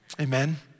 Amen